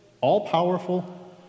all-powerful